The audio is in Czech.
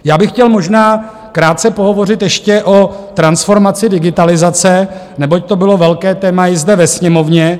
Já bych chtěl možná krátce pohovořit ještě o transformaci digitalizace, neboť to bylo velké téma i zde ve Sněmovně.